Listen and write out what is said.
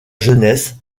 jeunesse